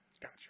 gotcha